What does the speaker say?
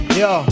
yo